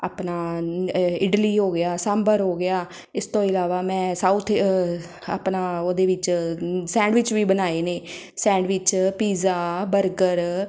ਆਪਣਾ ਇਡਲੀ ਹੋ ਗਿਆ ਸਾਂਬਰ ਹੋ ਗਿਆ ਇਸ ਤੋਂ ਇਲਾਵਾ ਮੈਂ ਸਾਉਥ ਆਪਣਾ ਉਹਦੇ ਵਿੱਚ ਸੈਂਡਵਿਚ ਵੀ ਬਣਾਏ ਨੇ ਸੈਂਡਵਿਚ ਪੀਜ਼ਾ ਬਰਗਰ